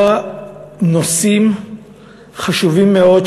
מציגה נושאים חשובים מאוד,